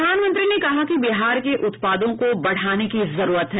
प्रधानमंत्री ने कहा कि बिहार के उत्पादों को बढ़ाने की जरूरत है